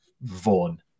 Vaughn